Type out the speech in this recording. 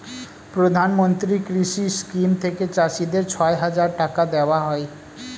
প্রধানমন্ত্রী কৃষি স্কিম থেকে চাষীদের ছয় হাজার টাকা দেওয়া হয়